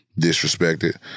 disrespected